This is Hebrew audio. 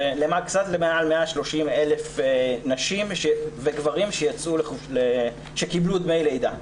קצת למעלה מ-130,000 נשים וגברים שקיבלו דמי לידה.